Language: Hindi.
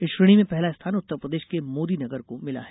इस श्रेणी में पहला स्थान उत्तरप्रदेश के मोदीनगर को मिला है